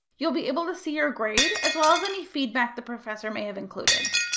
you will be able to see your grade as well as any feedback the professor may have included.